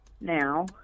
now